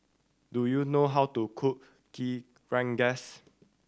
do you know how to cook kee rengas